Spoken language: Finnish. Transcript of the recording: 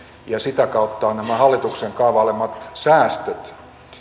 ja sitä kautta nämä hallituksen kaavailemat säästöt